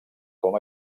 com